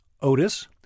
Otis